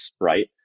right